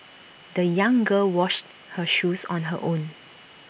the young girl washed her shoes on her own